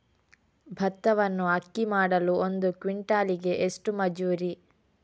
ಭತ್ತವನ್ನು ಅಕ್ಕಿ ಮಾಡಲು ಒಂದು ಕ್ವಿಂಟಾಲಿಗೆ ಎಷ್ಟು ಮಜೂರಿ?